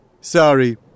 Sorry